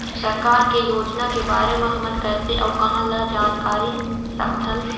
सरकार के योजना के बारे म हमन कैसे अऊ कहां ल जानकारी सकथन?